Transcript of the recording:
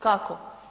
Kako?